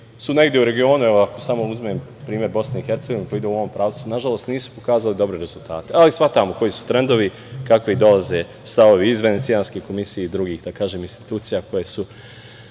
su negde u regionu, samo uzmem primer BiH, pa idem u ovom pravcu, nažalost, nisu pokazali dobre rezultate. Ali, shvatamo koji su trendovi, kakvi dolaze stavovi iz Venecijanske komisije i drugih institucija koje su